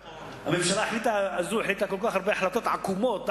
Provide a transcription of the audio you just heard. הממשלה הזאת החליטה כל כך הרבה החלטות עקומות,